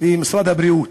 ומשרד הבריאות.